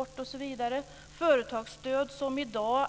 ville bara lyfta fram detta.